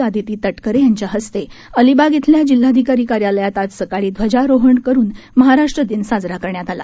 आदिती तटकरे यांच्या हस्ते अलिबाग इथल्या जिल्हाधिकारी कार्यालयात आज सकाळी ध्वजारोहण करून महाराष्ट्र दिन साजरा करण्यात आला